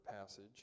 passage